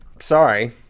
Sorry